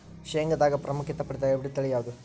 ಶೇಂಗಾದಾಗ ಪ್ರಾಮುಖ್ಯತೆ ಪಡೆದ ಹೈಬ್ರಿಡ್ ತಳಿ ಯಾವುದು?